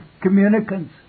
communicants